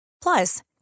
Plus